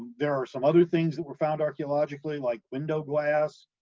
there are some other things that were found archaeologically like window glass,